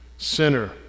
sinner